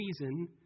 reason